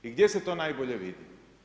I gdje se to najbolje vidi?